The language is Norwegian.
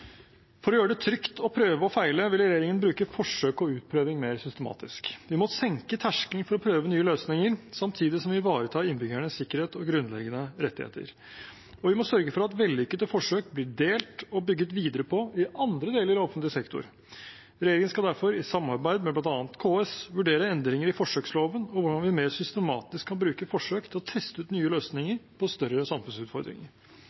For å gjøre det trygt å prøve og feile vil regjeringen bruke forsøk og utprøving mer systematisk. Vi må senke terskelen for å prøve nye løsninger, samtidig som vi ivaretar innbyggernes sikkerhet og grunnleggende rettigheter, og vi må sørge for at vellykkede forsøk blir delt og bygget videre på i andre deler av offentlig sektor. Regjeringen skal derfor, i samarbeid med bl.a. KS, vurdere endringer i forsøksloven og hvordan vi mer systematisk kan bruke forsøk til å teste ut nye